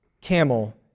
camel